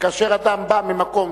וכאשר אדם בא ממקום,